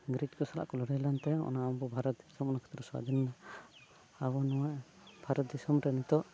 ᱤᱝᱨᱮᱡᱽ ᱠᱚ ᱥᱟᱞᱟᱜ ᱠᱚ ᱞᱟᱹᱲᱦᱟᱹᱭ ᱞᱮᱱᱛᱮ ᱚᱱᱟ ᱟᱵᱚ ᱵᱷᱟᱨᱚᱛ ᱫᱤᱥᱚᱢ ᱚᱱᱟ ᱠᱷᱟᱹᱛᱤᱨ ᱥᱟᱹᱫᱷᱤᱱᱮᱱᱟ ᱟᱵᱚ ᱱᱚᱣᱟ ᱵᱷᱟᱨᱚᱛ ᱫᱤᱥᱚᱢ ᱨᱮ ᱱᱤᱛᱚᱜ